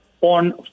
on